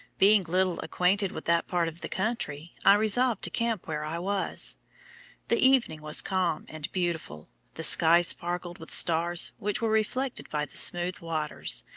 being little acquainted with that part of the country, i resolved to camp where i was the evening was calm and beautiful, the sky sparkled with stars which were reflected by the smooth waters,